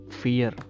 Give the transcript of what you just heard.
fear